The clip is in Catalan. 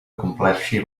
compleixi